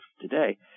today